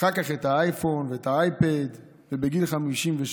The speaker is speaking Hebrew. אחר כך את האייפון ואת האייפד, ובגיל 56,